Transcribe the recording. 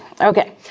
okay